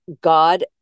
God